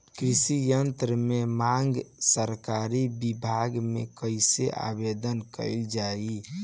कृषि यत्र की मांग सरकरी विभाग में कइसे आवेदन कइल जाला?